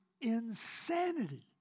insanity